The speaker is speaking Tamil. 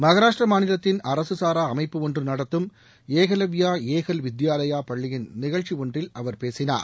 மகாராஷ்டிரா மாநிலத்தின் அரக சாரா அமைப்பு ஒன்று நடத்தும் ஏகலவ்யா ஏகல் வித்தியாலயா பள்ளியின் நிகழ்ச்சி ஒன்றில் அவர் பேசினார்